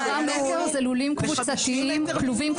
אנחנו לא מתנגדים להגדלה.